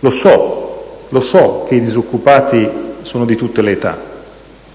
Lo so: so che i disoccupati sono di tutte le età,